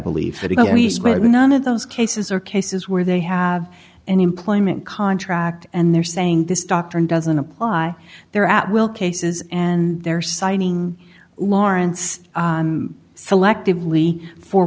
be none of those cases are cases where they have an employment contract and they're saying this doctrine doesn't apply there at will cases and they're signing lawrence selectively for